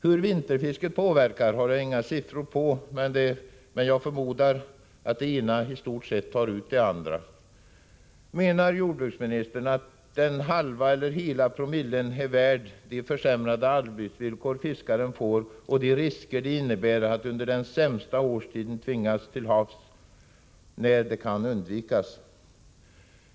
Hur vinterfisket påverkas har jag inga siffror på, men jag förmodar att det ena i stort sett tar ut det andra. Menar jordbruksministern att den halva eller hela promillen är värd de försämrade arbetsvillkor fiskaren får och de risker det innebär att fiskaren under den sämsta årstiden tvingas ut till havs, även om det skulle kunna undvikas?